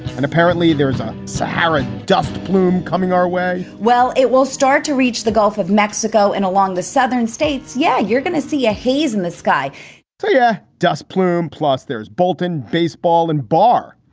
and apparently there's a saharan dust plume coming our way well, it will start to reach the gulf of mexico and along the southern states. yeah, you're going to see a haze in the sky yeah. dust plume. plus, there's bolton baseball and bar.